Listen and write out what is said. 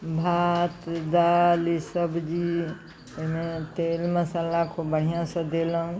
भात दालि सब्जी एहिमे तेल मसल्ला खूब बढ़िआँसँ देलहुँ